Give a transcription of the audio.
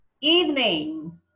Evening